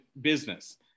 business